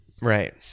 Right